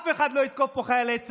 אף אחד לא יתקוף את חיילי צה"ל.